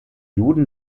juden